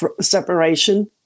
separation